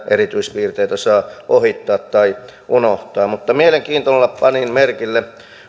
erityispiirteitä saa ohittaa tai unohtaa mutta mielenkiinnolla panin merkille